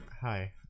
Hi